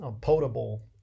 potable